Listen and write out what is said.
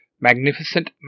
Magnificent